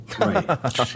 Right